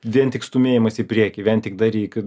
vien tik stumėjimas į priekį vien tik daryk